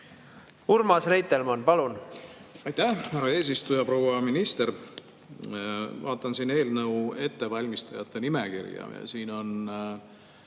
Urmas Reitelmann, palun! Aitäh, härra eesistuja! Proua minister! Vaatan eelnõu ettevalmistajate nimekirja ja siin on